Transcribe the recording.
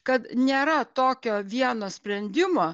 kad nėra tokio vieno sprendimo